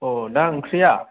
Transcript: अ दा ओंख्रिया